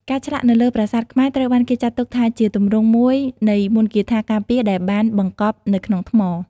ការឆ្លាក់នៅលើប្រាសាទខ្មែរត្រូវបានគេចាត់ទុកថាជាទម្រង់មួយនៃមន្តគាថាការពារដែលបានបង្កប់នៅក្នុងថ្ម។